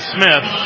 Smith